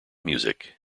music